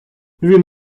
він